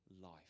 life